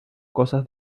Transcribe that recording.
cosas